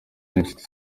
n’inshuti